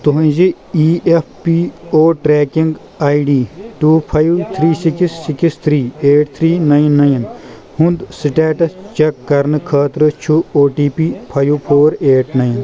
تُہنٛزِ E F P O tracking I D two five three six six three eight three nine nine ہُنٛد status check کرنہٕ خٲطرٕ چھُ O T P five four eight nine